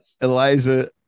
Eliza